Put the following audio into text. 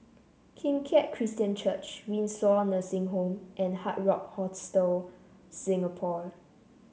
Kim Keat Christian Church Windsor Nursing Home and Hard Rock Hostel Singapore